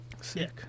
sick